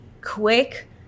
quick